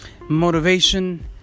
motivation